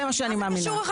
בזה אני מאמינה.